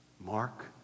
Mark